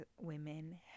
women